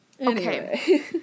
Okay